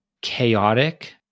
chaotic